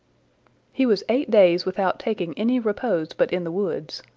he was eight days without taking any repose but in the woods.